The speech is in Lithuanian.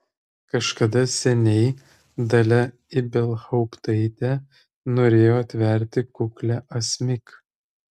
kažkada seniai dalia ibelhauptaitė norėjo atverti kuklią asmik